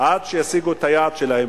עד שישיגו את היעד שלהם.